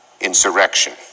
insurrection